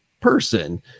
person